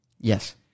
Yes